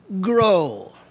grow